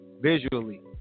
visually